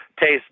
taste